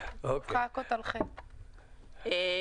בגדול,